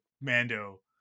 mando